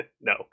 no